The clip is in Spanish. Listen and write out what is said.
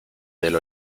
del